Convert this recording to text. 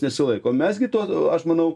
nesilaiko mes gi to aš manau